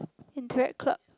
interact club